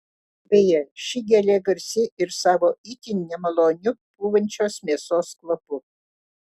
beje ši gėlė garsi ir savo itin nemaloniu pūvančios mėsos kvapu